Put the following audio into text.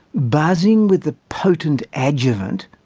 buzzing with the potent adjuvant,